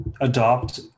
adopt